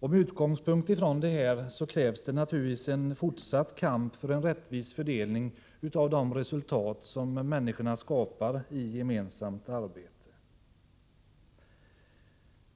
Därför krävs det naturligtvis fortsatt kamp för en rättvis fördelning av de resultat som människor skapar i gemensamt arbete.